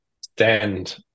stand